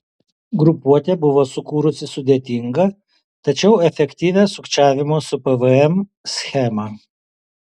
grupuotė buvo sukūrusi sudėtingą tačiau efektyvią sukčiavimo su pvm schemą